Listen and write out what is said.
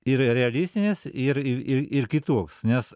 ir realistinis ir ir ir kitoks nes